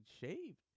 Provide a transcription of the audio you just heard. shaved